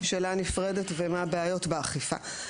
שאלה נפרדת ומה הבעיות באכיפה.